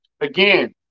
again